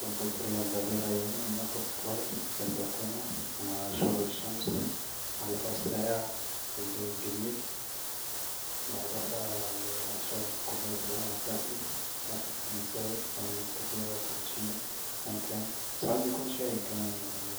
"افضل طريقة ابدا بيها يومي اني اخد فطاري فالبلكونة مع شروق الشمس مع الهوا الساقع والجو الجميل بعدها اشرب كوباية القهوة بتاعتي قهوة فرنساوي او نسكافيه أو كابتشينو وسعات بيكون شاي كمان يعني